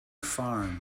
farm